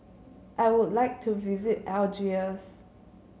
I would like to visit Algiers